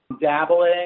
dabbling